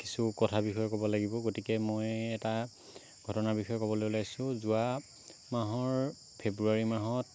কিছু কথাৰ বিষয়ে ক'ব লাগিব গতিকে মই এটা ঘটনাৰ বিষয়ে ক'বলৈ ওলাইছো যোৱা মাহৰ ফেব্ৰুৱাৰী মাহত